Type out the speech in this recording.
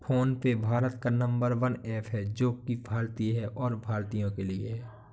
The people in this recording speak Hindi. फोन पे भारत का नंबर वन ऐप है जो की भारतीय है और भारतीयों के लिए है